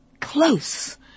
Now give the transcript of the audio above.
close